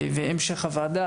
והמשך הוועדה,